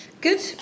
Good